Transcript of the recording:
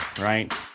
right